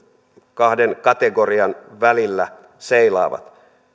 kahden kategorian välillä seilaavat